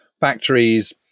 factories